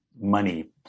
money